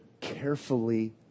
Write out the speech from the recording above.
carefully